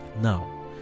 Now